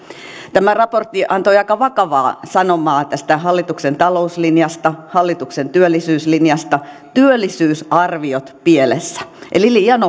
tämä raportti antoi aika vakavaa sanomaa tästä hallituksen talouslinjasta hallituksen työllisyyslinjasta työllisyysarviot pielessä eli liian